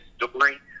story